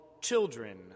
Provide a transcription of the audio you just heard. children